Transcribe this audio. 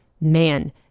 man